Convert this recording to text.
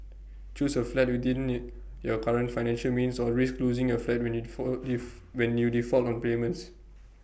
choose A flat within you your current financial means or risk losing your flat when you fault diff when you default on payments